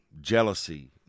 jealousy